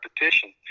repetition